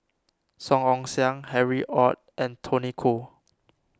Song Ong Siang Harry Ord and Tony Khoo